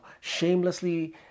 shamelessly